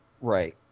Right